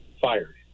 fired